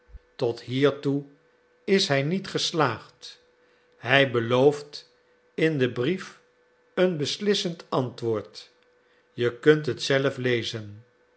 tot hiertoe is hij niet geslaagd hij belooft in den brief een beslissend antwoord je kunt het zelf lezen